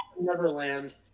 Neverland